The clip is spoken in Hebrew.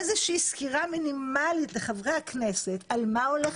איזושהי סקירה מינימלית לחברי הכנסת על מה הולך